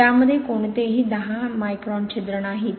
त्यामध्ये कोणतेही 10 मायक्रॉन छिद्र नाहीत